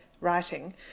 writing